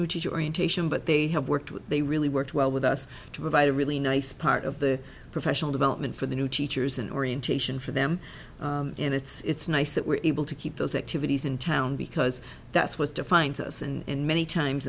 orientation but they have worked they really worked well with us to provide a really nice part of the professional development for the new teachers an orientation for them and it's nice that we're able to keep those activities in town because that's what defines us and many times